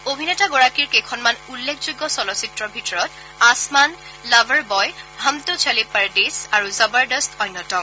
অভিনেতাগৰাকীৰ কেইখনমান উল্লেখযোগ্য চলচ্চিত্ৰৰ ভিতৰত আসমান লাভাৰ বয় হমতো চলে পৰদেশ আৰু জবৰদস্ত অন্যতম